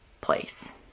place